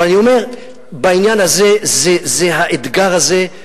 אבל אני אומר, בעניין הזה, זה האתגר הזה,